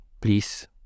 please